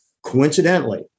Coincidentally